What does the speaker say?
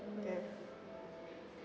okay